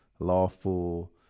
lawful